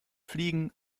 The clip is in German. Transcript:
fliegen